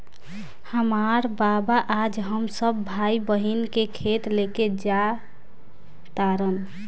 हामार बाबा आज हम सब भाई बहिन के खेत लेके जा तारन